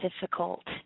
difficult